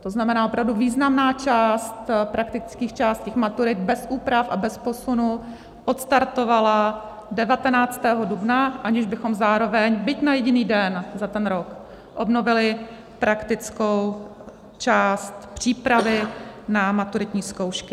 To znamená opravdu významná část praktických částí maturit bez úprav a bez posunu odstartovala 19. dubna, aniž bychom zároveň byť na jediný den za ten rok obnovili praktickou část přípravy na maturitní zkoušky.